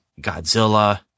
Godzilla